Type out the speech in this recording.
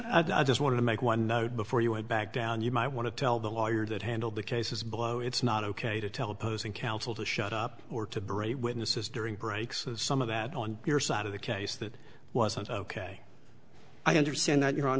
i just want to make one note before you head back down you might want to tell the lawyer that handled the case is below it's not ok to tell opposing counsel to shut up or to bray witnesses during breaks and some of that on your side of the case that wasn't ok i understand that your hon